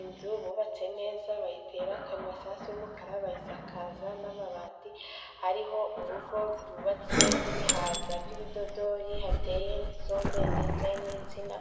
Inzu bubatse neza bayitera karibasasu y'umukara, bayisakaza n'amabati. Hari urugo rwubatse rw'ibihaza by'ibidodori, hateye n'isombe ndetse n'insina.